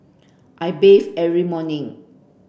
I bathe every morning